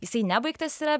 jisai nebaigtas yra